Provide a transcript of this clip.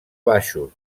baixos